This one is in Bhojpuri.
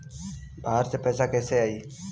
बाहर से पैसा कैसे आई?